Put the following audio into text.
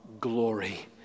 glory